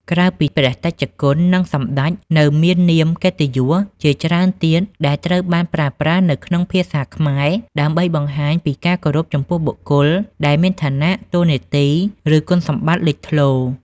ក្រៅពី ព្រះតេជគុណ និង សម្ដេច នៅមាននាមកិត្តិយសជាច្រើនទៀតដែលត្រូវបានប្រើប្រាស់នៅក្នុងភាសាខ្មែរ ដើម្បីបង្ហាញពីការគោរពចំពោះបុគ្គលដែលមានឋានៈ តួនាទី ឬគុណសម្បត្តិលេចធ្លោ។